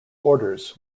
orders